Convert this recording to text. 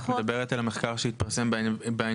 את מדברת על המחקר שהתפרסם ב-